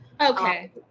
Okay